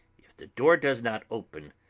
if the door does not open,